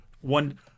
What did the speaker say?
one